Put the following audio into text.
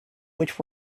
which